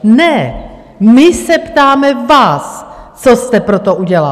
Ne, my se ptáme vás, co jste pro to udělal.